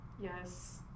Yes